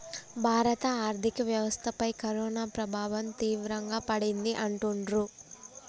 భారత ఆర్థిక వ్యవస్థపై కరోనా ప్రభావం తీవ్రంగా పడింది అంటుండ్రు